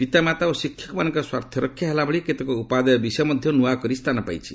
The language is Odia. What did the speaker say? ପିତାମାତା ଓ ଶିକ୍ଷକମାନଙ୍କ ସ୍ୱାର୍ଥରକ୍ଷା ହେଲା ଭଳି କେତେକ ଉପାଦେୟ ବିଷୟ ମଧ୍ୟ ନୂଆ କରି ସ୍ଥାନ ପାଇଛି